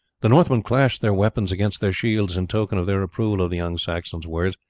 the northmen clashed their weapons against their shields in token of their approval of the young saxon's words,